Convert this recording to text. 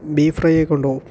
beef ഫ്രൈയൊക്കെ ഉണ്ടോ